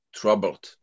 troubled